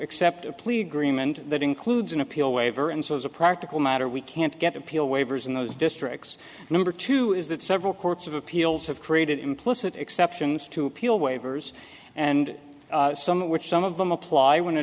accept a plea agreement that includes an appeal waiver and so as a practical matter we can't get appeal waivers in those districts number two is that several courts of appeals have created implicit exceptions to appeal waivers and some which some of them apply when